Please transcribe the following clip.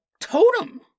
totem